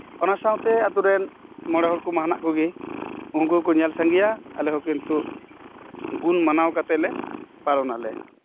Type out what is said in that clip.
ᱚᱱᱟᱥᱟᱶᱛᱮ ᱟᱛᱳ ᱨᱮᱱ ᱢᱚᱬᱮᱦᱚᱲ ᱠᱚᱼᱢᱟ ᱦᱮᱱᱟᱜ ᱠᱚᱜᱮ ᱩᱱᱠᱩ ᱦᱚᱠᱚ ᱧᱮᱞ ᱥᱟᱺᱜᱮᱭᱟ ᱟᱞᱮᱦᱚᱸ ᱠᱤᱱᱛᱩ ᱜᱩᱱᱢᱟᱱᱟᱣ ᱠᱟᱛᱮᱫ ᱞᱮ ᱯᱟᱞᱚᱱ ᱟᱞᱮ